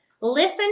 listen